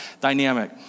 dynamic